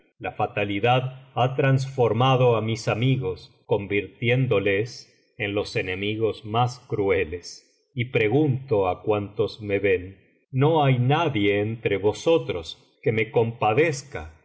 la fatalidad ha transformado á mis amigos conmrüéndoles en los enemigos más crueles y pregunto á cuantos me ven no hay nadie entre vosotros que me compadezca